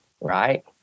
right